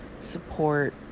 support